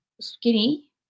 skinny